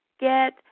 get